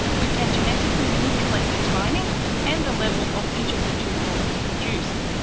we can genetically manipulate the timing and the level of each of the two polymers produced.